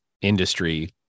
industry